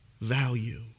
value